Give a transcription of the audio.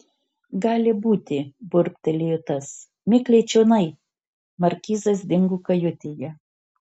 gali būti burbtelėjo tas mikliai čionai markizas dingo kajutėje